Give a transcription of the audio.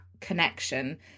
connection